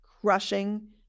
crushing